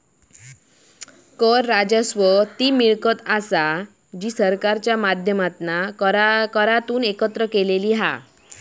कर राजस्व ती मिळकत असा जी सरकारच्या माध्यमातना करांतून एकत्र केलेली हा